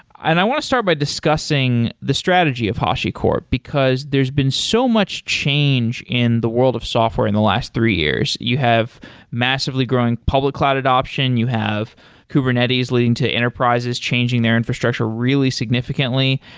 i want to start by discussing the strategy of hashicorp, because there's been so much change in the world of software in the last three years. you have massively growing public cloud adaption. you have kubernetes leading to enterprises changing their infrastructure really significantly.